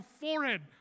forehead